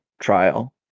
trial